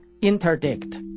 interdict